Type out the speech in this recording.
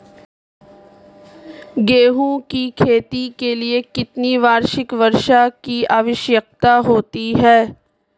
गेहूँ की खेती के लिए कितनी वार्षिक वर्षा की आवश्यकता होती है?